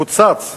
קוצץ.